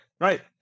right